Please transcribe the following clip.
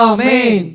Amen